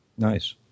Nice